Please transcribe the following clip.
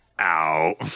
Ow